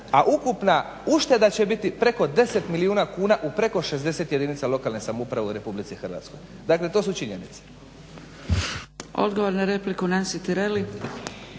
a ukupna ušteda će biti preko 10 milijuna kuna u preko 60 jedinica lokalne samouprave u Republici Hrvatskoj. Dakle to su činjenice. **Zgrebec, Dragica